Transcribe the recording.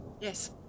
yes